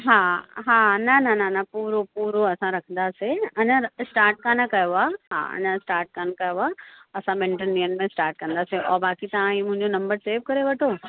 हा हा न न न पूरो पूरो असां रखंदासीं अञा स्टाट कोन कयो आहे हा अञा स्टाट कोन कयो आहे असां ॿिनि टिनि ॾींहंनि में स्टाट कंदासीं और बाकी तव्हां हीअ मुंहिंजो नंबर सेव करे वठो